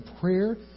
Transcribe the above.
prayer